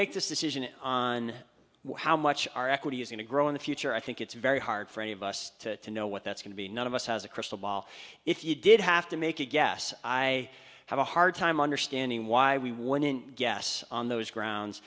make this decision on how much our equity is going to grow in the future i think it's very hard for any of us to know what that's going to be none of us has a crystal ball if you did have to make a guess i have a hard time understanding why we wouldn't guess on those grounds